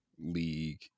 league